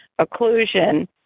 occlusion